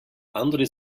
andere